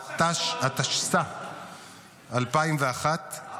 התשס"א 2001,